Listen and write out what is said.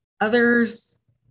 others